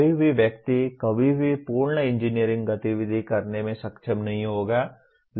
कोई भी व्यक्ति कभी भी पूर्ण इंजीनियरिंग गतिविधि करने में सक्षम नहीं होगा